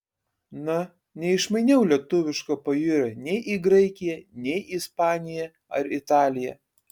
na neišmainiau lietuviško pajūrio nei į graikiją nei į ispaniją ar italiją